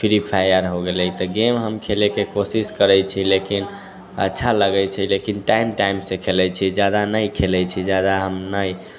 free fire हो गेलै तऽ गेम हम खेलैके कोशिश करै छी लेकिन अच्छा लगै छै लेकिन टाइम टाइमसँ खेलै छियै जादा नहि खेलै छियै जादा हम नहि